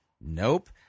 Nope